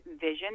vision